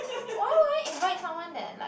why would I invite someone that like